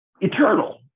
eternal